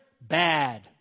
bad